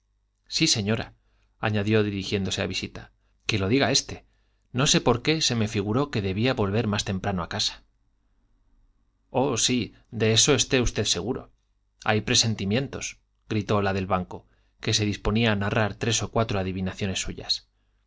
sí señora añadió dirigiéndose a visita que lo diga este no sé por qué se me figuró que debía volver más temprano a casa oh sí de eso esté usted seguro hay presentimientos gritó la del banco que se disponía a narrar tres o cuatro adivinaciones suyas